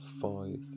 five